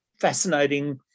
fascinating